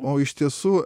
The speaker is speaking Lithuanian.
o iš tiesų